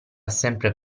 sempre